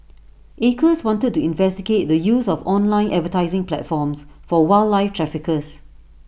acres wanted to investigate the use of online advertising platforms for wildlife traffickers